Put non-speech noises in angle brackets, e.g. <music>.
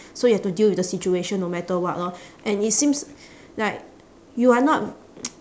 so you have to deal with the situation no matter what lor and it seems like you are not <noise>